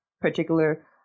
particular